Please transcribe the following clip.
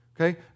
Okay